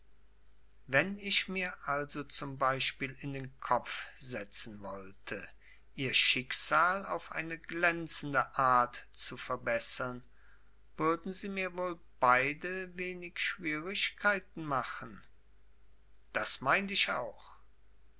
wenn ich mir also zum beispiel in den kopf setzen wollte ihr schicksal auf eine glänzende art zu verbessern würden sie mir wohl beide wenig schwürigkeiten machen das meint ich auch